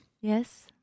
Yes